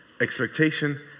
expectation